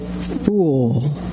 fool